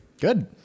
Good